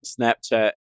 Snapchat